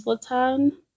town